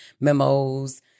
memos